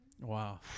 Wow